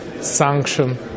sanction